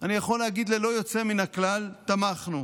אני יכול להגיד שללא יוצא מן הכלל תמכנו.